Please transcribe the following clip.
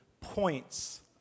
points